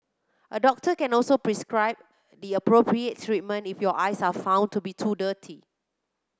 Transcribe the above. a doctor can also prescribe the appropriate treatment if your eyes are found to be too dry